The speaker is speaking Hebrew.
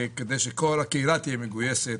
כדי שכל הקהילה תהיה מגויסת